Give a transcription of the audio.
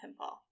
pinball